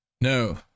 No